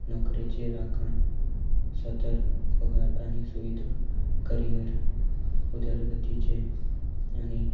नोकरेचे राखण सतर्क पगार आनी सुविधा करियर उदरगतीचे आनी